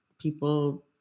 people